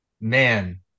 Man